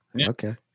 Okay